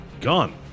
gone